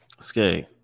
Skay